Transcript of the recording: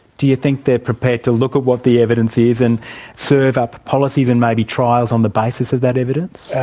do you think they're prepared to look at what the evidence is and serve up policies and maybe trials on the basis of that evidence?